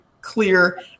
clear